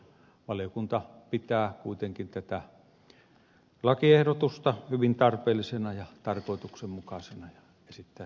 valiokunta pitää kuitenkin tätä lakiehdotusta hyvin tarpeellisena ja tarkoituksenmukaisena ja esittää sen hyväksymistä